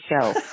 show